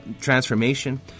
transformation